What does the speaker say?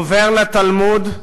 עובר לתלמוד,